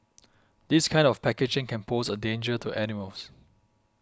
this kind of packaging can pose a danger to animals